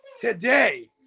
today